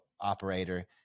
operator